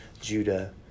Judah